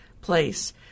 place